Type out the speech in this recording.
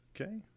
Okay